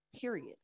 period